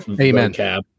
amen